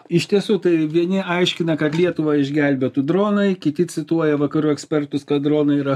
iš tiesų tai vieni aiškina kad lietuvą išgelbėtų dronai kiti cituoja vakarų ekspertus kad dronai yra